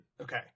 Okay